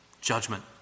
Judgment